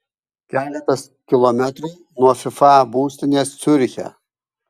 keletas kilometrų nuo fifa būstinės ciuriche